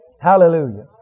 Hallelujah